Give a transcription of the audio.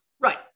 Right